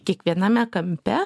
kiekviename kampe